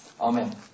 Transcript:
Amen